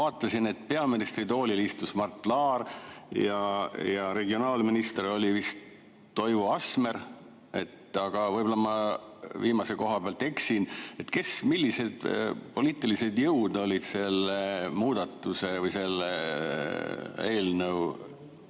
vaatasin, et peaministritoolil istus Mart Laar ja regionaalminister oli vist Toivo Asmer, aga võib-olla ma viimase koha pealt eksin. Millised poliitilised jõud olid selle muudatuse või selle eelnõu